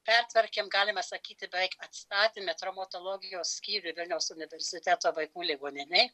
pertvarkėm galima sakyti beveik atstatėme traumatologijos skyrių vilniaus universiteto vaikų ligoninėj